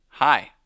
Hi